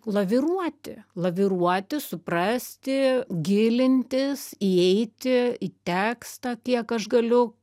laviruoti laviruoti suprasti gilintis įeiti į tekstą kiek aš galiu